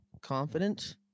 confident